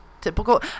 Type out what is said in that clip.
Typical